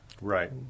Right